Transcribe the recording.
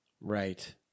Right